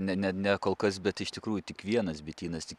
ne ne ne kol kas bet iš tikrųjų tik vienas bitynas tik